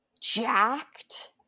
jacked